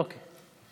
אוקיי.